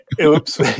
oops